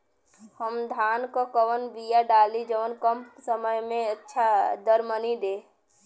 हम धान क कवन बिया डाली जवन कम समय में अच्छा दरमनी दे?